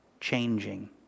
changing